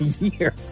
year